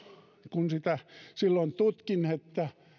kun sitä silloin tutkin että